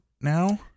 now